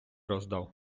роздав